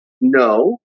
No